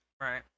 Right